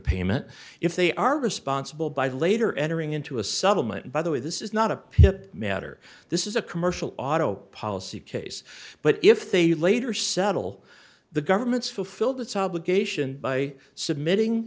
payment if they are responsible by later entering into a settlement by the way this is not a pip matter this is a commercial auto policy case but if they later settle the government's fulfilled its obligation by submitting